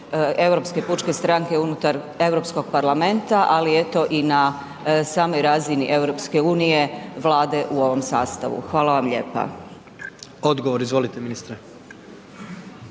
Europske pučke stranke, unutar Europskog parlamenta ali eto i na samoj razini EU-a, Vlade u ovom sastavu. Hvala vam lijepa. **Jandroković, Gordan